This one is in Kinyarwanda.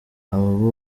abo